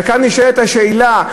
כאן נשאלת השאלה,